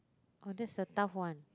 oh that's a tough one